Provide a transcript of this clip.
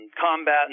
combat